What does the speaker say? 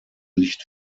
licht